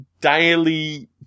daily